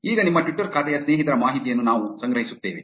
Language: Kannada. ಈಗ ನಿಮ್ಮ ಟ್ವಿಟರ್ ಖಾತೆಯ ಸ್ನೇಹಿತರ ಮಾಹಿತಿಯನ್ನು ನಾವು ಸಂಗ್ರಹಿಸುತ್ತೇವೆ